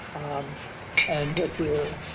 um and that we are